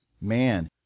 man